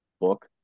book